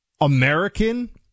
American